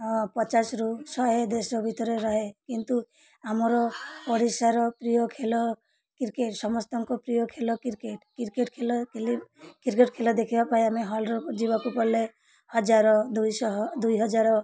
ପଚାଶରୁ ଶହେ ଦେଶ ଭିତରେ ରହେ କିନ୍ତୁ ଆମର ଓଡ଼ିଶାର ପ୍ରିୟ ଖେଲ କ୍ରିକେଟ୍ ସମସ୍ତଙ୍କ ପ୍ରିୟ ଖେଲ କ୍ରିକେଟ୍ କ୍ରିକେଟ୍ ଖେଲ କ୍ରିକେଟ୍ ଖେଲ ଦେଖିବା ପାଇଁ ଆମେ ହଲ୍ରୁ ଯିବାକୁ ପଡ଼୍ଲେେ ହଜାର ଦୁଇ ଶହ ଦୁଇ ହଜାର